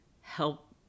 help